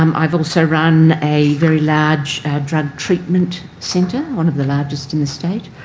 um i've also run a very large drug treatment centre, one of the largest in the state.